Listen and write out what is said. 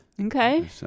Okay